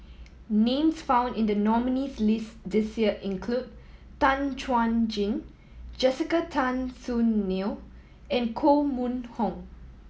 names found in the nominees' list this year include Tan Chuan Jin Jessica Tan Soon Neo and Koh Mun Hong